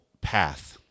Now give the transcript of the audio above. path